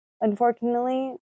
Unfortunately